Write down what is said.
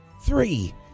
three